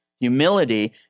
Humility